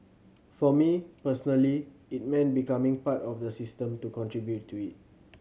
for me personally it meant becoming part of the system to contribute to it